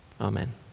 Amen